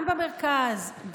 גם במרכז,